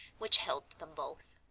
which held them both.